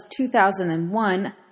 2001